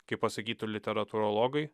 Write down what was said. kaip pasakytų literatūrologai